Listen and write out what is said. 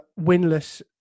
winless